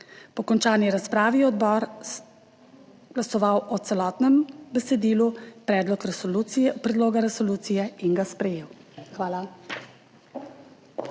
Po končani razpravi je odbor glasoval o celotnem besedilu predloga resolucije in ga sprejel. Hvala.